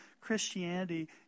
Christianity